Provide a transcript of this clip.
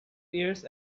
years